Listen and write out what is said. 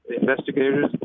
investigators